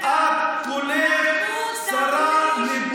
מחמוד דרוויש, מחמוד דרוויש, את כולך שרה בורה,